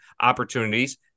opportunities